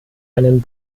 einen